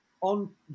on